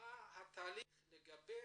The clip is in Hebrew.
ומה התהליך לגבי